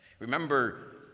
Remember